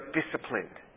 disciplined